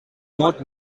not